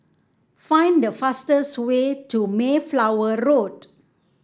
find the fastest way to Mayflower Road